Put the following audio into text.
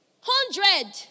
hundred